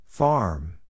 Farm